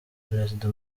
perezida